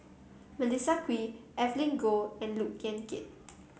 Melissa Kwee Evelyn Goh and Look Yan Kit